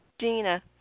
Gina